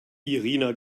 irina